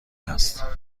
است